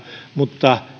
mutta